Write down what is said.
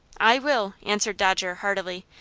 i will, answered dodger, heartily.